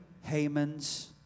Haman's